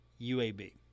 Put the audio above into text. UAB